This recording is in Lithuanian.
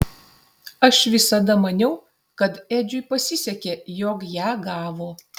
aš visada maniau kad edžiui pasisekė jog ją gavo